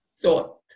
thought